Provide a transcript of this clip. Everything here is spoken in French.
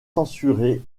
censurés